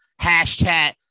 hashtag